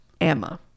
Emma